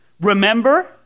Remember